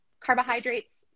carbohydrates